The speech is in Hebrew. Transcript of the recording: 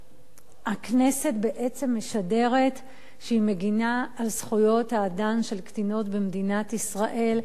הכנסת בעצם משדרת שהיא מגינה על זכויות האדם של קטינות במדינת ישראל,